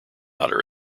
otter